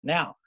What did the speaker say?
Now